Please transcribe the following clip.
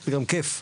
גם כיף,